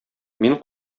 мин